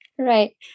Right